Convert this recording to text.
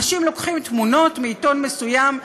אנשים לוקחים תמונות מעיתון מסוים,